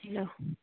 hello